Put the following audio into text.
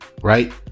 right